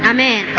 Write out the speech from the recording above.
Amen